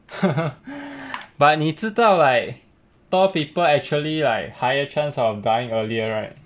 呵呵 but 你知道 like tall people actually like higher chance of dying earlier right